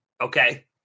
okay